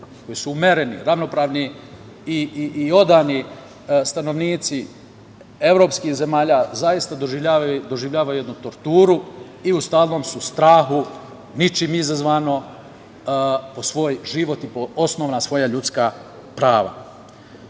koji su umereni, ravnopravni i odani stanovnici evropskih zemalja, zaista doživljavaju jednu torturu i u stalnom su strahu, ničim izazvano, po svoj život i po osnovna svoja ljudska prava. Samo